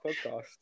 podcast